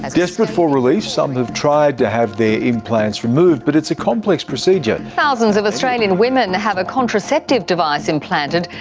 and desperate for relief, some have tried to have their implants removed, but it's a complex procedure. thousands of australian women and have a contraceptive device implanted,